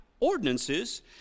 ordinances